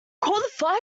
fire